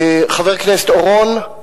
חבר הכנסת אורון,